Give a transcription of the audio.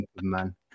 man